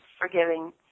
forgiving